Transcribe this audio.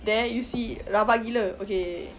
there you see rabak gila okay okay okay